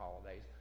holidays